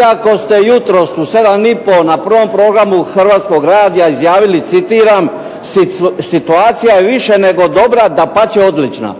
iako ste jutros u 7,30 na prvom programu HRT-a izjavili citiram: "Situacija je više nego dobra, dapače odlična."